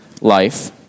life